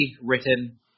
written